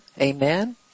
amen